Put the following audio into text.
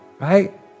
right